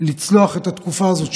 לצלוח את התקופה הזאת,